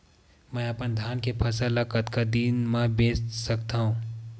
मैं अपन धान के फसल ल कतका दिन म बेच सकथो?